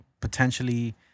potentially